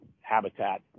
habitat